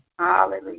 Hallelujah